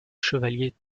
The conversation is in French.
chevaliers